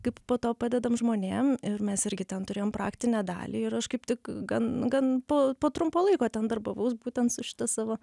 kaip po to padedam žmonėm ir mes irgi ten turėjom praktinę dalį ir aš kaip tik gan gan po po trumpo laiko ten darbavaus būtent su šita savo